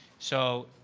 so,